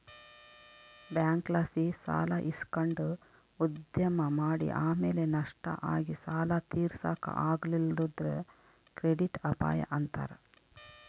ಬ್ಯಾಂಕ್ಲಾಸಿ ಸಾಲ ಇಸಕಂಡು ಉದ್ಯಮ ಮಾಡಿ ಆಮೇಲೆ ನಷ್ಟ ಆಗಿ ಸಾಲ ತೀರ್ಸಾಕ ಆಗಲಿಲ್ಲುದ್ರ ಕ್ರೆಡಿಟ್ ಅಪಾಯ ಅಂತಾರ